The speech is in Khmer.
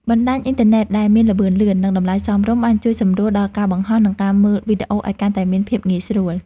បណ្តាញអ៊ីនធឺណិតដែលមានល្បឿនលឿន និងតម្លៃសមរម្យបានជួយសម្រួលដល់ការបង្ហោះ និងការមើលវីដេអូឱ្យកាន់តែមានភាពងាយស្រួល។